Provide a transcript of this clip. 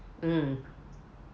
mm